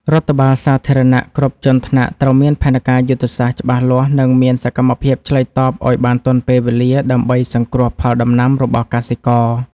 រដ្ឋបាលសាធារណៈគ្រប់ជាន់ថ្នាក់ត្រូវមានផែនការយុទ្ធសាស្ត្រច្បាស់លាស់ និងមានសកម្មភាពឆ្លើយតបឱ្យបានទាន់ពេលវេលាដើម្បីសង្គ្រោះផលដំណាំរបស់កសិករ។